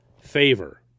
favor